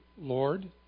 Lord